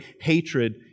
hatred